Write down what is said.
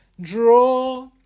draw